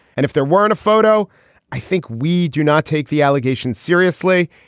and if there weren't a photo i think we do not take the allegations seriously.